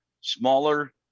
smaller